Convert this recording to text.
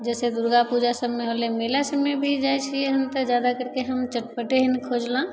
जइसे दुरगा पूजा सब होलै मेला सबमे भी जाइ छिए हन तऽ जादा करिके हन चटपटे हँ खोजलहुँ